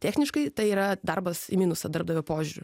techniškai tai yra darbas į minusą darbdavio požiūriu